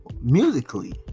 musically